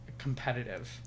competitive